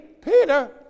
peter